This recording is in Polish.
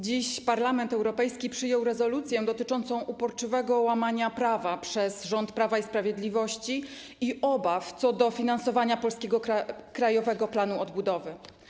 Dziś Parlament Europejski przyjął rezolucję dotyczącą uporczywego łamania prawa przez rząd Prawa i Sprawiedliwości i obaw co do finansowania polskiego Krajowego Planu Odbudowy.